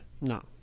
No